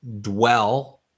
dwell